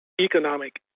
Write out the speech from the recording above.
economic